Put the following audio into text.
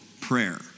prayer